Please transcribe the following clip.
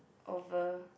over